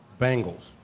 Bengals